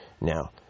Now